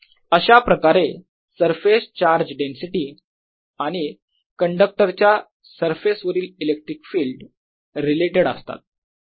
अशाप्रकारे surface charge density आणि कंडक्टरच्या सरफेस वरील इलेक्ट्रिक फील्ड रिलेटेड असतात